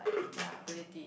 like yea ability